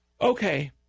Okay